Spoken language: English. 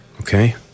Okay